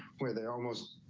where they're almost,